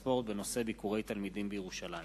תשלום רבעוני עבור שירותים),